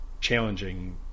challenging